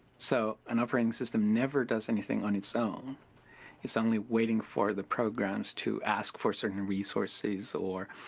so an operating system never does anything on its own it's only waiting for the programs to ask for certain resources or,